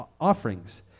offerings